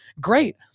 great